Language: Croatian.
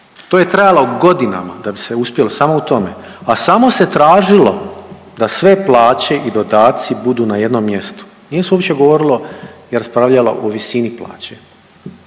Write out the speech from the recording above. To je trajalo godinama da bi se uspjelo samo u tome, a samo se tražilo da sve plaće i dodaci budu na jednom mjestu nije se uopće govorilo i raspravljalo o visini plaće.